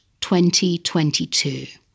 2022